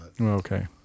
Okay